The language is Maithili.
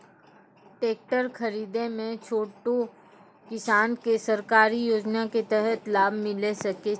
टेकटर खरीदै मे छोटो किसान के सरकारी योजना के तहत लाभ मिलै सकै छै?